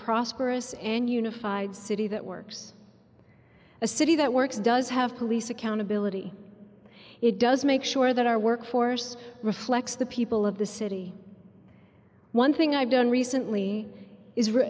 prosperous and unified city that works a city that works and does have police accountability it does make sure that our workforce reflects the people of the city one thing i've done recently is